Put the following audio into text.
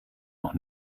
noch